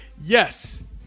Yes